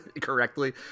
correctly